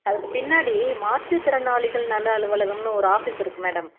அதுக்கு பின்னாடி மாற்றுத்திறனாளிகள் நல அலுவலகம்னு ஒரு ஆஃபீஸ் இருக்குது மேடம்